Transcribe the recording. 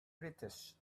british